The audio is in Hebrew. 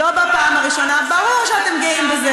לא בפעם הראשונה, את חושבת שזה בושה,